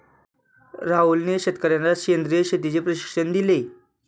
राहुलने शेतकर्यांना सेंद्रिय शेतीचे प्रशिक्षण दिले